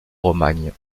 romagne